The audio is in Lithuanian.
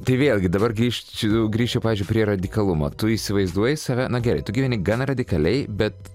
tai vėlgi dabar grįšiu grįšiu pavyzdžiui prie radikalumo tu įsivaizduoji save na gerai tu gyveni gana radikaliai bet